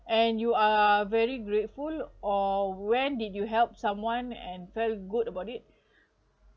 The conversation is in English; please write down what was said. and you are very grateful or when did you help someone and felt good about it